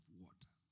water